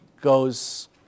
goes